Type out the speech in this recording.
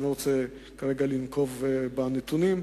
ואני לא רוצה כרגע לנקוב בנתונים,